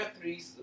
three